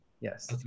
Yes